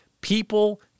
people